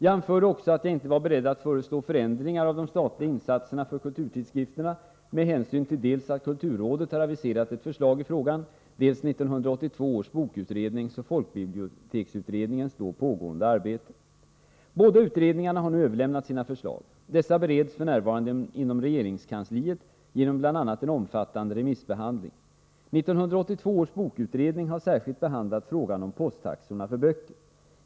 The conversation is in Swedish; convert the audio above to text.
Jag anförde också att jag inte var beredd att föreslå förändringar av de statliga insatserna för kulturtidskrifterna med hänsyn till dels att kulturrådet har aviserat ett förslag i frågan, dels 1982 års bokutrednings och folkbiblioteksutredningens då pågående arbete. Båda utredningarna har nu överlämnat sina förslag. Dessa bereds f.n. inom regeringskansliet genom bl.a. en omfattande remissbehandling. 1982 års bokutredning har särskilt behandlat frågan om posttaxorna för böcker.